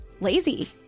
lazy